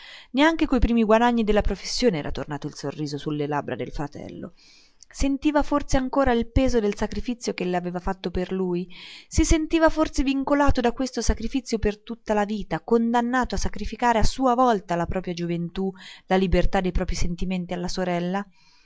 neanche coi primi guadagni della professione era tornato il sorriso su le labbra del fratello sentiva forse ancora il peso del sacrifizio ch'ella aveva fatto per lui si sentiva forse vincolato da questo sacrifizio per tutta la vita condannato a sacrificare a sua volta la propria gioventù la libertà dei proprii sentimenti alla sorella